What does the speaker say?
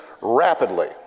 rapidly